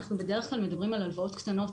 אנחנו בדרך כלל מדברים על הלוואות קטנות.